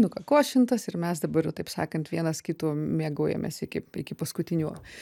nukakošintas ir mes dabar jau taip sakant vienas kitu mėgaujamės iki iki paskutiniųjų